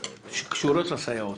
שקשורים לסייעות.